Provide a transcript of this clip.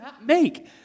make